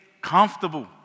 comfortable